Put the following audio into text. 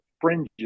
fringes